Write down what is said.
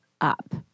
up